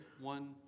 one